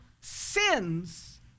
sins